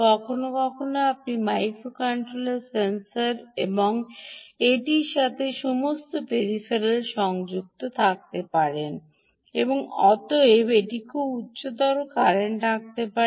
কখনও কখনও আপনি মাইক্রোকন্ট্রোলার সেন্সর এবং এটির সাথে সমস্ত পেরিফেরাল সংযুক্ত থাকতে পারেন এবং অতএব এটি খুব উচ্চতর কারেন্ট আঁকতে পারে